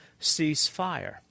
ceasefire